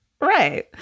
Right